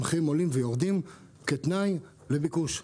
המחירים עולים ויורדים כתוצאה מביקוש.